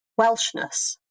Welshness